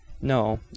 No